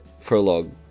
prologue